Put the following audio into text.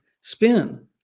spin